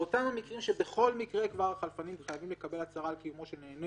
באותם המקרים שבכל מקרה כבר החלפנים חייבים לקבל הצהרה על קיומו של נהנה